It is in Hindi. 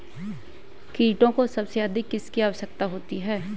कीटों को सबसे अधिक किसकी आवश्यकता होती है?